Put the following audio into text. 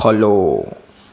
follow